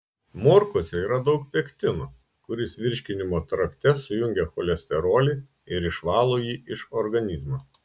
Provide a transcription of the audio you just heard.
morkose yra daug pektino kuris virškinimo trakte sujungia cholesterolį ir išvalo jį iš organizmo